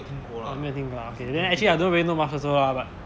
哦没有听过啊 okay then actually I don't really know much also lah but